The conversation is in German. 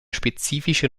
spezifische